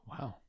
Wow